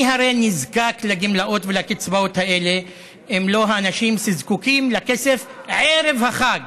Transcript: מי הרי נזקק לגמלאות ולקצבאות האלה אם לא האנשים שזקוקים לכסף ערב החג